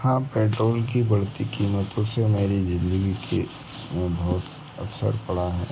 हाँ पेट्रोल की बढ़ती कीमतों से मेरी ज़िन्दगी से बहुत असर पड़ा है